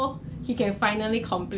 that's like twelve dollars per week